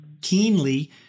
keenly